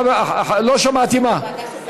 כספים.